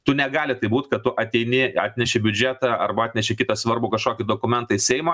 tu negali būt kad tu ateini atneši biudžetą arba atneši kitą svarbų kažkokį dokumentą į seimą